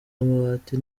amabati